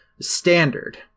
standard